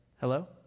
Hello